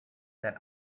that